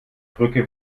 brücke